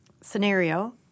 scenario